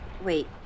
Wait